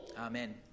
amen